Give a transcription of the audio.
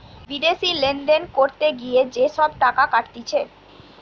বিদেশি লেনদেন করতে গিয়ে যে সব টাকা কাটতিছে